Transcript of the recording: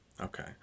Okay